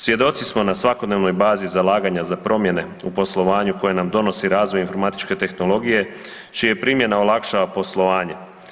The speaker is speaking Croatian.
Svjedoci smo na svakodnevnoj bazi zalaganja za promjene u poslovanju koje nam donosi razvoj informatičke tehnologije, čija primjena olakšava poslovanje.